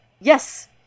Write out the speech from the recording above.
yes